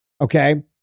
Okay